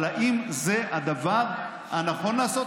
אבל האם זה הדבר הנכון לעשות?